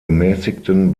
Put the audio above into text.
gemäßigten